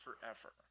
forever